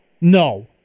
No